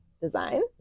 design